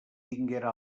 tinguera